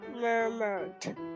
murmured